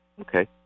okay